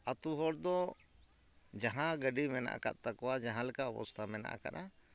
ᱟᱹᱛᱩ ᱦᱚᱲ ᱫᱚ ᱡᱟᱦᱟᱸ ᱜᱟᱹᱰᱤ ᱢᱮᱱᱟᱜ ᱠᱟᱫ ᱛᱟᱠᱚᱣᱟ ᱡᱟᱦᱟᱸ ᱞᱮᱠᱟ ᱚᱵᱚᱥᱛᱟ ᱢᱮᱱᱟᱜ ᱠᱟᱜᱼᱟ